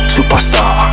Superstar